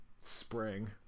spring